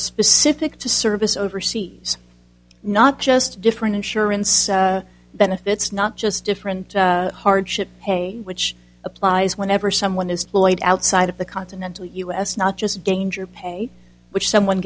specific to service overseas not just different insurance benefits not just different hardship pay which applies whenever someone is lloyd outside of the continental us not just danger pay which someone